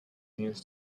news